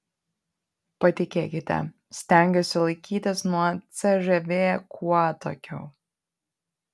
patikėkite stengiuosi laikytis nuo cžv kuo atokiau